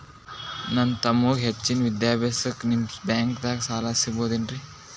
ನನ್ನ ತಮ್ಮಗ ಹೆಚ್ಚಿನ ವಿದ್ಯಾಭ್ಯಾಸಕ್ಕ ನಿಮ್ಮ ಬ್ಯಾಂಕ್ ದಾಗ ಸಾಲ ಸಿಗಬಹುದೇನ್ರಿ?